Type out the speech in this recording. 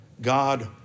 God